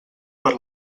per